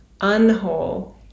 unwhole